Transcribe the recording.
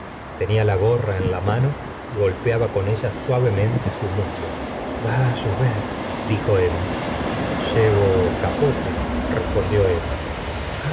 tenía la gorra en la mano y golpeaba con ella suavemente su muslo va á llover dijo emma llevo capote respondió él